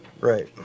Right